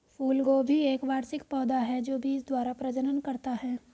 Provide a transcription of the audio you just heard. फूलगोभी एक वार्षिक पौधा है जो बीज द्वारा प्रजनन करता है